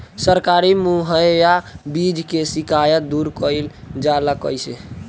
सरकारी मुहैया बीज के शिकायत दूर कईल जाला कईसे?